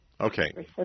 Okay